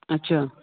اچھا